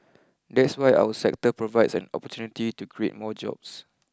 that is why our sector provides an opportunity to create more jobs